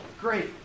Great